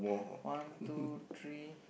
one two three